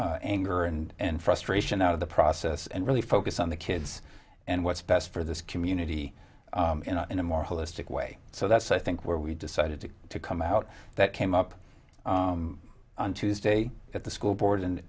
know anger and frustration out of the process and really focus on the kids and what's best for this community in a more holistic way so that's i think where we decided to come out that came up on tuesday at the school board